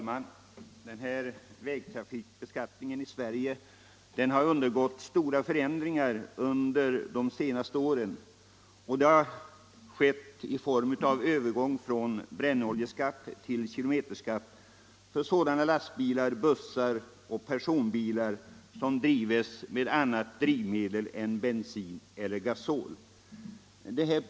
Herr talman! Vägtrafikbeskattningen i Sverige har undergått stora förändringar under de senaste åren. Det har skett en övergång från brännoljeskatt till kilometerskatt för sådana lastbilar, bussar och personbilar som drivs med annat drivmedel än bensin eller gasol.